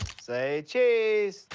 say cheese.